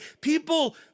People